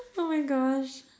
oh my gosh